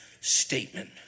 statement